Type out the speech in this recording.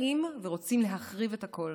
הם באים ורוצים להחריב את הכול.